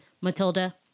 Matilda